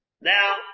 Now